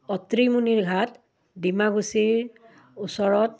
অত্ৰিমুণিৰ ঘাট ডিমাকুচিৰ ওচৰত